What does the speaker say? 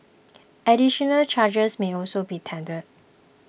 additional charges may also be tendered